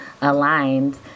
aligned